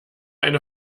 eine